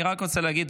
אני רק רוצה להגיד,